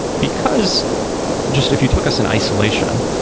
because just if you took us in isolation,